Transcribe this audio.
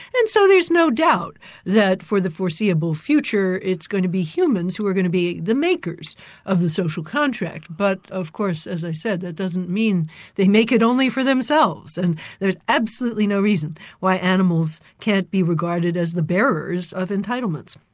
and so there's no doubt that for the foreseeable future, it's going to be humans who are going to be the makers of the social contract. but of course as i said, that doesn't mean they make it only for themselves, and there's absolutely no reason why animals can't be regarded as the bearers of entitlements.